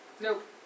Nope